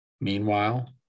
Meanwhile